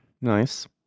Nice